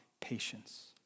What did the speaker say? patience